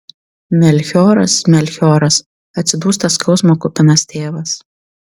melchioras melchioras atsidūsta skausmo kupinas tėvas